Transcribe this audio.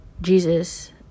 Jesus